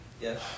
Yes